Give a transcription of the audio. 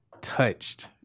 touched